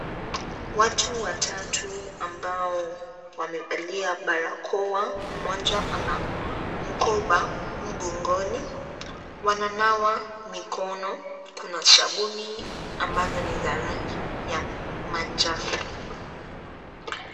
Watu watatu ambao wamevalia barakoa. Mmoja ana mkoba mgongoni. Wananawa mikono, kuna sabuni ambazo ni za rangi ya manjano.